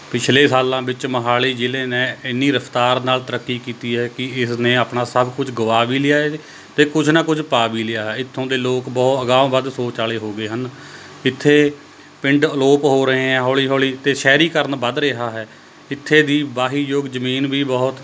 ਪਿਛਲੇ ਸਾਲਾਂ ਵਿੱਚ ਮੋਹਾਲੀ ਜ਼ਿਲ੍ਹੇ ਨੇ ਇੰਨੀ ਰਫਤਾਰ ਨਾਲ ਤਰੱਕੀ ਕੀਤੀ ਹੈ ਕਿ ਇਸ ਨੇ ਆਪਣਾ ਸਭ ਕੁਝ ਗਵਾ ਵੀ ਲਿਆ ਏ ਅਤੇ ਕੁਛ ਨਾ ਕੁਛ ਪਾ ਵੀ ਲਿਆ ਹੈ ਇੱਥੋਂ ਦੇ ਲੋਕ ਬਹੁਤ ਅਗਾਂਹ ਵੱਧ ਸੋਚ ਵਾਲੇ ਹੋ ਗਏ ਹਨ ਇੱਥੇ ਪਿੰਡ ਅਲੋਪ ਹੋ ਰਹੇ ਹੈ ਹੌਲ਼ੀ ਹੌਲ਼ੀ ਅਤੇ ਸ਼ਹਿਰੀਕਰਨ ਵੱਧ ਰਿਹਾ ਹੈ ਇੱਥੇ ਦੀ ਵਾਹੀਯੋਗ ਜ਼ਮੀਨ ਵੀ ਬਹੁਤ